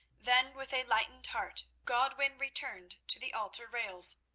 then with a lightened heart godwin returned to the altar rails,